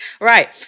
Right